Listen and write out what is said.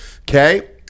Okay